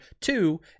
Two